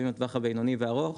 אם בטווח הבינוני והארוך.